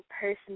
person